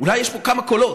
אולי יש פה כמה קולות.